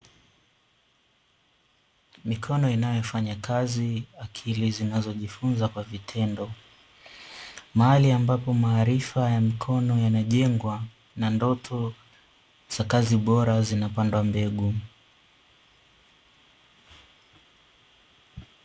Mikono inayofanya kazi, akili zinazojifunza kwa vitendo. Mahali ambapo maarifa ya mikono yanajengwa na ndoto za kazi bora zinapandwa mbegu.